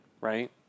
Right